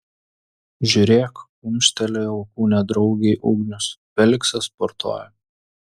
žiūrėk kumštelėjo alkūne draugei ugnius feliksas sportuoja